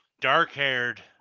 dark-haired